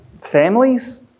families